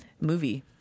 movie